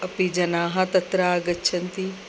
अपि जनाः तत्र आगच्छन्ति